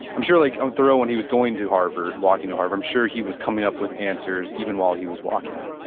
i'm sure like um thoreau, when he was going to harvard, walking to harvard, i'm sure he was coming up with answers even while he was walking.